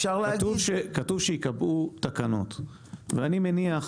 אפשר להגיד --- כתוב שייקבעו תקנות ואני מניח